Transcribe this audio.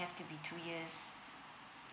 have to be two years